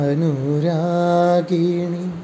Anuragini